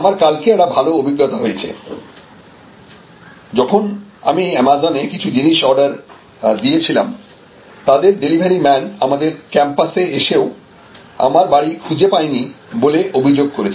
আমার কালকে একটি ভালো অভিজ্ঞতা হয়েছে যখন আমি অ্যামাজনে কিছু জিনিস অর্ডার দিয়েছিলাম তাদের ডেলিভারি ম্যান আমাদের ক্যাম্পাসে এসেও আমার বাড়ি খুঁজে পায়নি অভিযোগ করেছে